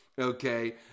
okay